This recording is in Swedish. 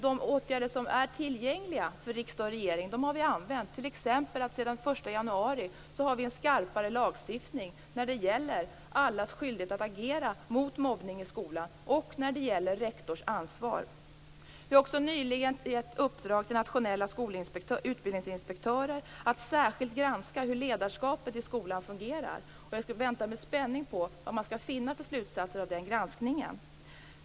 De åtgärder som är tillgängliga för riksdag och regering har vi använt. Vi har t.ex. sedan den 1 januari en skarpare lagstiftning när det gäller allas skyldighet att agera mot mobbning i skolan och när det gäller rektors ansvar. Vi har också nyligen givit i uppdrag till nationella utbildningsinspektörer att särskilt granska hur ledarskapet i skolan fungerar, och jag väntar med spänning på slutsatserna av den granskningen.